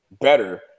better